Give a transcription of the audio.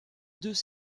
deux